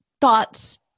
thoughts